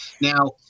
Now